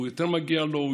יותר מגיע לו,